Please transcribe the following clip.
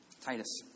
Titus